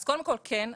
אז קודם כל כן,